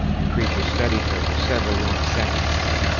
the creature studied her for several long seconds.